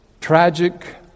tragic